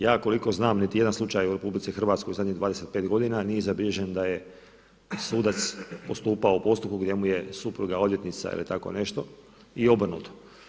Ja koliko znam niti jedan slučaj u RH u zadnjih 25 godina nije zabilježen da je sudac postupao u postupku gdje mu je supruga odvjetnica ili tako nešto i obrnuto.